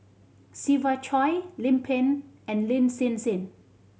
Siva Choy Lim Pin and Lin Hsin Hsin